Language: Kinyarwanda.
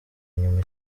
nyuma